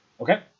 Okay